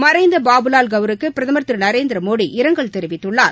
மறைந்த பாபுலால் கவுருக்கு பிரதமர் திரு நரேந்திரமோடி இரங்கல் தெரிவித்துள்ளார்